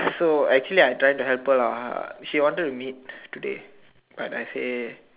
so actually I try to help her lah she wanted to meet today but I say